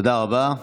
תודה רבה.